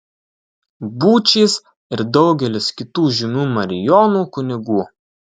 būčys ir daugelis kitų žymių marijonų kunigų